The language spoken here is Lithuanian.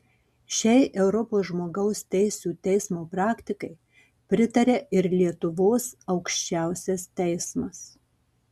šiai europos žmogaus teisių teismo praktikai pritaria ir lietuvos aukščiausias teismas